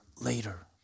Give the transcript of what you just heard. later